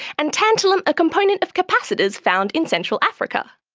and tantalum a component of capacitors found in central africa.